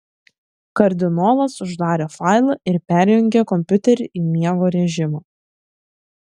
kardinolas uždarė failą ir perjungė kompiuterį į miego režimą